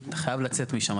אתה חייב לצאת משם.